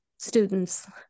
students